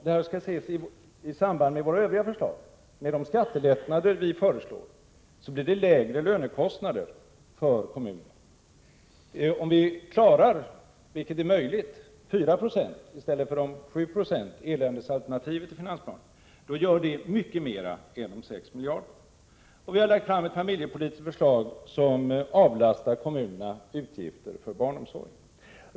Detta skall ses i samband med våra övriga förslag. De skattelättnader som vi föreslår leder till lägre lönekostnader för kommunerna. Om vi klarar av 4 70 i ökade lönekostnader, vilket är möjligt, i stället för 7 96, dvs. ”eländesalternativet” i finansplanen, får det större betydelse än de 6 miljarderna. Vi har lagt fram ett familjepolitiskt förslag som skulle avlasta kommunerna utgifter för barnomsorgen.